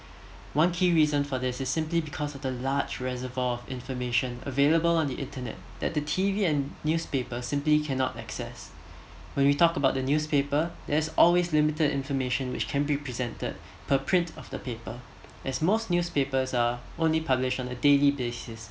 one key reason for this is simply because of the large reservoir of information available on the internet that the T_V and newspaper simply cannot access when we talk about the newspaper there's always limited information which can be presented for print of the paper as most newspapers are only published on the daily basis